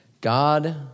God